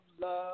love